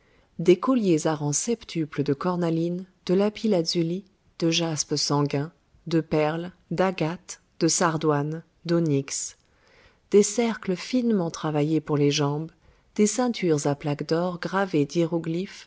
des colliers à rangs septuples de cornaline de lapis-lazuli de jaspe sanguin de perles d'agates de sardoines d'onyx des cercles finement travaillés pour les jambes des ceintures à plaques d'or gravées d'hiéroglyphes